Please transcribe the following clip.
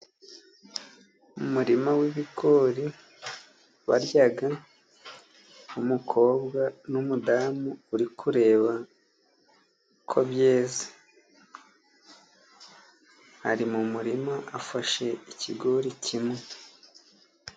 Umurima w'ibigori barya, n'umudamu uri kureba ko byeze. Ari mu murima afashe ikigori kimwe.